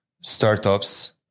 startups